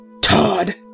Todd